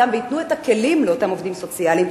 וייתנו את הכלים לאותם עובדים סוציאליים,